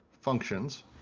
functions